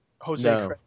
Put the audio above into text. Jose